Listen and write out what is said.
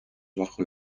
bajo